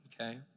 okay